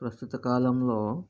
ప్రస్తుత కాలంలో